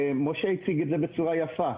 משה הציג את זה בצורה יפה.